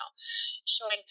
showing